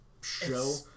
show